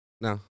No